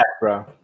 bro